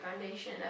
foundation